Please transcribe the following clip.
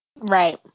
Right